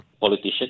politician